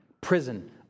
prison